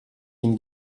ihn